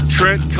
Trent